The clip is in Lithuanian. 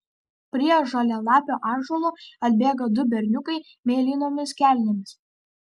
prie žalialapio ąžuolo atbėga du berniukai mėlynomis kelnėmis